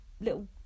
little